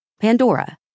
Pandora